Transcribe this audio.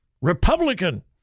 Republican